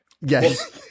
Yes